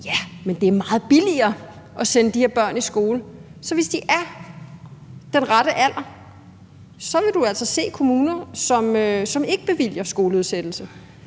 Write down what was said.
så er det meget billigere at sende de her børn i skole, så hvis de har den rette alder, vil du altså se kommuner, som ikke bevilger skoleudsættelse.